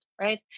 right